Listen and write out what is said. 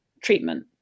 treatment